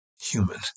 human